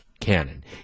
canon